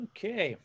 Okay